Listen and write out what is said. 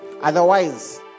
Otherwise